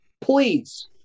please